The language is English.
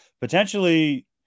potentially